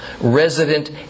resident